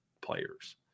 players